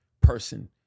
person